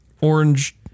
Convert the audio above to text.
Orange